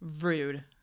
Rude